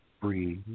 Breathe